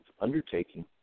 undertaking